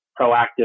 proactive